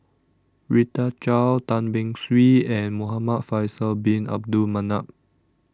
Rita Chao Tan Beng Swee and Muhamad Faisal Bin Abdul Manap